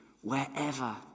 wherever